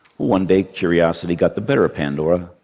one day, curiosity got the better of pandora,